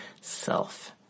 self